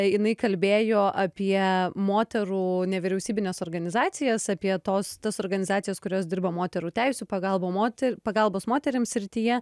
jinai kalbėjo apie moterų nevyriausybines organizacijas apie tos tas organizacijos kurios dirba moterų teisių pagalba mote pagalbos moterims srityje